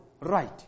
right